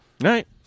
Right